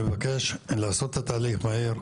אני מבקש לעשות את התהליך מהר.